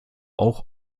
auch